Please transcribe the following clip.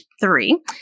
three